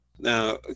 Now